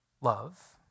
love